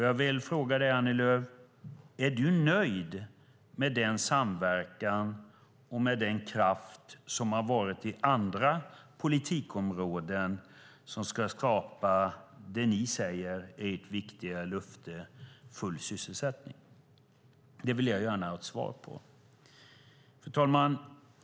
Jag vill fråga Annie Lööf: Är du nöjd med denna samverkan och den kraft inom andra politikområden som ska skapa det ni säger är ett viktigt löfte: full sysselsättning? Det vill jag gärna ha ett svar på. Fru talman!